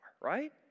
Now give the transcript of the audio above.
right